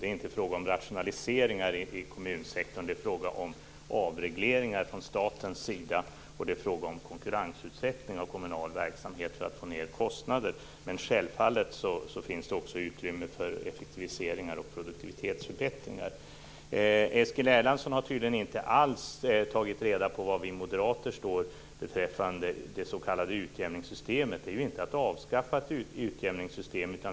Det är inte fråga om rationaliseringar i kommunsektorn. Det är fråga om avregleringar från statens sida, och det är fråga om konkurrensutsättning av kommunal verksamhet för att få ned kostnader. Självfallet finns det också utrymme för effektiviseringar och produktivitetsförbättringar. Eskil Erlandsson har tydligen inte alls tagit reda på var vi moderater står beträffande det s.k. utjämningssystemet. Det är inte fråga om att avskaffa utjämningssystemet.